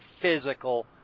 physical